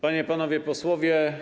Panie i Panowie Posłowie!